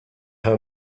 her